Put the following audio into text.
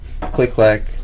Click-clack